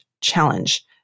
challenge